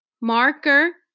marker